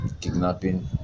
kidnapping